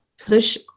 push